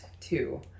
two